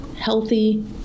healthy